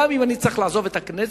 ואם אני אצטרך לעזוב את הכנסת,